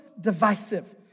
divisive